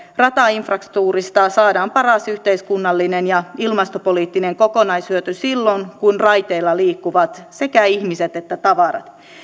ratainfrastruktuurista saadaan paras yhteiskunnallinen ja ilmastopoliittinen kokonaishyöty silloin kun raiteilla liikkuvat sekä ihmiset että tavarat